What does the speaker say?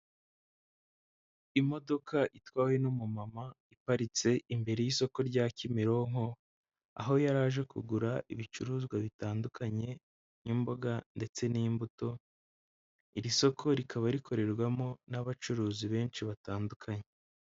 Imodoka itwawe n'umumama, iparitse imbere y'isoko rya Kimironko, aho yari aje kugura ibicuruzwa bitandukanye nk'imboga ndetse n'imbuto, iri soko rikaba rikorerwamo n'abacuruzi benshi batandukanye.